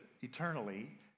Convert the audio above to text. eternally